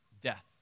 death